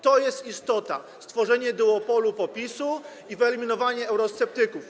To jest istota, stworzenie duopolu PO-PiS i wyeliminowanie eurosceptyków.